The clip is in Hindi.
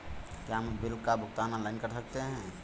क्या हम बिल का भुगतान ऑनलाइन कर सकते हैं?